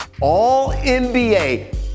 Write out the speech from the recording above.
All-NBA